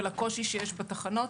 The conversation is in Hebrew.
ולקושי שיש בתחנות.